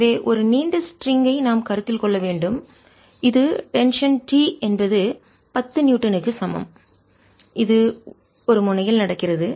எனவே ஒரு நீண்ட ஸ்ட்ரிங் லேசான கயிறு ஐ நாம் கருத்தில் கொள்ள வேண்டும் இது டென்ஷன் இழுவிசைT என்பது 10 நியூட்டனுக்கு சமம் இது ஒரு முனையில் நடக்கிறது